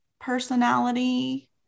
personality